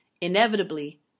Inevitably